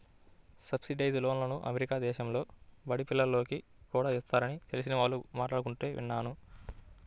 subsidised లోన్లు America దేశంలో బడి పిల్లోనికి కూడా ఇస్తారని తెలిసిన వాళ్ళు మాట్లాడుకుంటుంటే విన్నాను